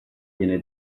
viene